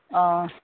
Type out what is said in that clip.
অঁ